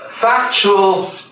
factual